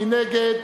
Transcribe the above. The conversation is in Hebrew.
מי נגד?